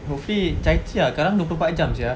hopefully chai chee ah kallang dua puluh empat jam sia